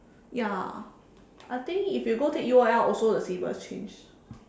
ya I think if you go to U_O_L also the syllabus change